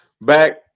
back